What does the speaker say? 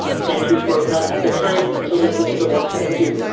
like thank you for the the time to listen to the work that we do.